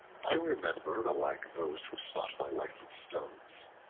i remember alike those who sought my life stones,